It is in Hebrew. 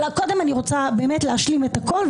קודם אני רוצה להשלים את הכול,